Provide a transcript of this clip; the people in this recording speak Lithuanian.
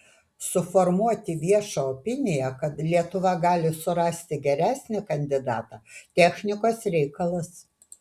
suformuoti viešą opiniją kad lietuva gali surasti geresnį kandidatą technikos reikalas